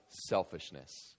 selfishness